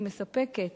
היא מספקת